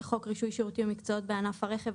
לחוק רישוי שירותים ומקצועות בענף הרכב,